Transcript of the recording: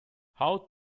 how